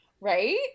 right